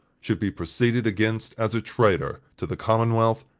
should be proceeded against as a traitor to the commonwealth,